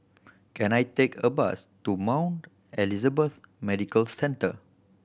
can I take a bus to Mount Elizabeth Medical Centre